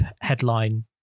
headline